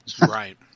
Right